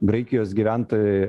graikijos gyventojai